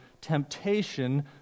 temptation